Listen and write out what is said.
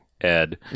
Ed